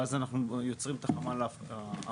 ואז אנחנו יוצרים את החמ"ל האחוד.